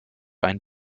ein